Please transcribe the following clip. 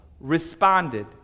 responded